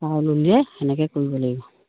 অঁ সেনেকে কৰিব লাগিব